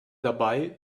dabei